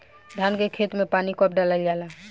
धान के खेत मे पानी कब डालल जा ला?